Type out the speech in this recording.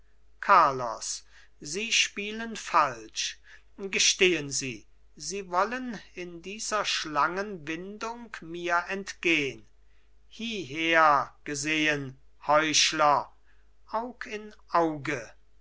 carlos sie spielen falsch gestehen sie sie wollen in dieser schlangenwindung mir entgehn hieher gesehen heuchler aug in auge